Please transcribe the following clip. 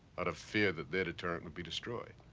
out of fear that their deterrent would be destroyed.